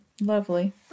Lovely